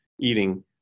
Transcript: eating